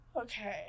Okay